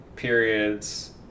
periods